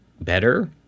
better